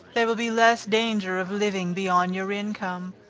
there will be less danger of living beyond your income,